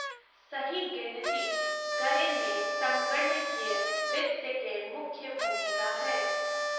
सही गिनती करे मे संगणकीय वित्त के मुख्य भूमिका हय